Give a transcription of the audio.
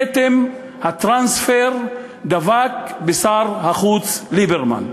כתם הטרנספר דבק בשר החוץ ליברמן.